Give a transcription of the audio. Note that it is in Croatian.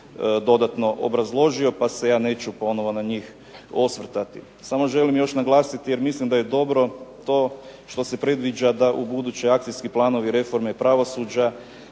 dodatno obrazložio, pa se ja neću ponovo na njih osvrtati. Samo želim još naglasiti, jer mislim da je dobro to što se predviđa da ubuduće akcijski planovi reforme pravosuđe,